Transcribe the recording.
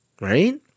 right